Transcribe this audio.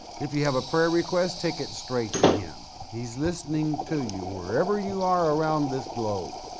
if you have a prayer request, take it straight to him, he's listening to you wherever you are around this globe,